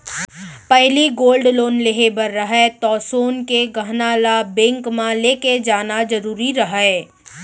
पहिली gold loan लेहे बर रहय तौ सोन के गहना ल बेंक म लेके जाना जरूरी रहय